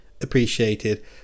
appreciated